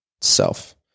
self